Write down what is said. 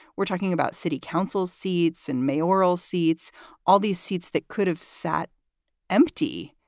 we're talking about city council seats and mayoral seats all these seats that could've sat empty.